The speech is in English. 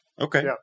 Okay